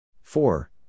four